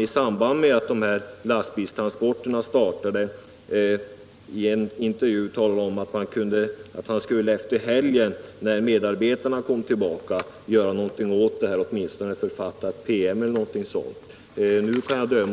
I samband med att de här lastbilstransporterna startade talade statsrådet i en intervju om att han efter helgen, när medarbetarna kom tillbaka, skulle försöka göra någonting åt det hela —-åtminstone författa en PM e.d.